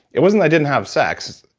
it wasn't i didn't have sex.